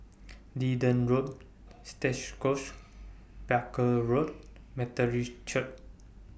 Leedon Road Stangee Close Barker Road Methodist Church